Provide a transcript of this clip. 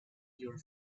your